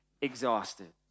exhausted